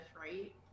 right